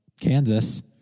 Kansas